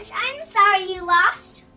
i'm sorry you lost.